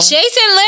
Jason